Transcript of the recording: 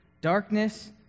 darkness